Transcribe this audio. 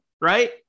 Right